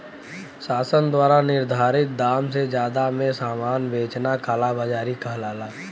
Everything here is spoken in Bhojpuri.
शासन द्वारा निर्धारित दाम से जादा में सामान बेचना कालाबाज़ारी कहलाला